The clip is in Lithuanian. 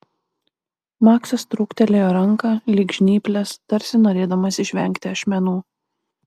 maksas trūktelėjo ranką lyg žnyples tarsi norėdamas išvengti ašmenų